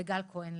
לגל כהן,